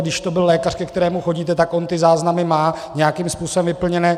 Když to byl lékař, ke kterému chodíte, tak on ty záznamy má nějakým způsobem vyplněné.